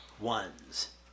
ones